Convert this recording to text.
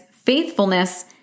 faithfulness